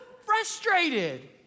frustrated